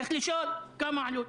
צריך לשאול, כמה העלות?